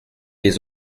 les